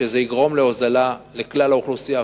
שזה יגרום להוזלה לכלל האוכלוסייה,